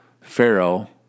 Pharaoh